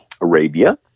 Arabia